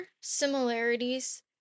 similarities